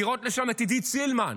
לראות שם את עידית סילמן,